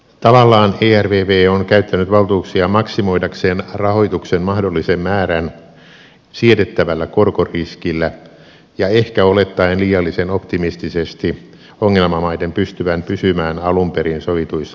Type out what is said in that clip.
tavallaan ervv on käyttänyt valtuuksiaan maksimoidakseen rahoituksen mahdollisen määrän siedettävällä korkoriskillä ja ehkä olettaen liiallisen optimistisesti ongelmamaiden pystyvän pysymään alun perin sovituissa lainaehdoissa